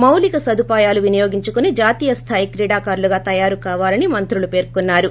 మాలిక సదుపయాలు వినియోగించుకుని జాతీయ స్లాయి క్రీడాకారులుగా తయారు కావాలని మంత్రులు పేర్కొన్నారు